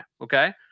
okay